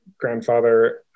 grandfather